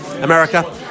America